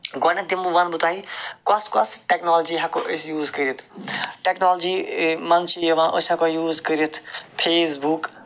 گۄڈنیٚتھ دِمہ بہٕ وَنہٕ بہٕ تۄہہِ کوٚس کوٚس ٹیٚکنالجی ہیٚکو أسۍ یوٗز کٔرِتھ ٹیٚکنالجی مَنٛز چھِ یِوان أسۍ ہیٚکو یوٗز کٔرِتھ فیس بُک